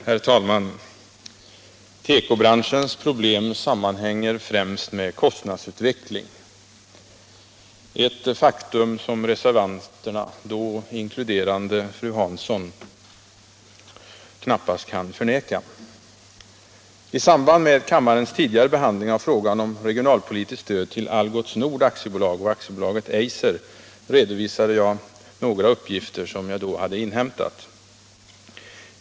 Herr talman! Tekobranschens problem sammanhänger främst med kostnadsutvecklingen, ett faktum som reservanterna — då inkluderande fru Hansson — knappast kan förneka. I samband med kammarens tidigare behandling av frågan om regionalpolitiskt stöd till Algots Nord AB och AB Eiser redovisade jag några uppgifter som jag då hade inhämtat.